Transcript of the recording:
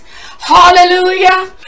Hallelujah